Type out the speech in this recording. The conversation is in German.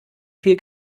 viel